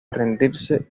rendirse